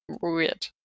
weird